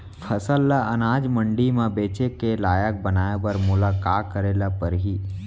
फसल ल अनाज मंडी म बेचे के लायक बनाय बर मोला का करे ल परही?